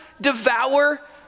devour